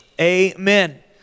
amen